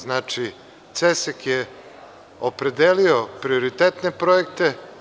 Znači, CESEK je opredelio prioritetne projekte.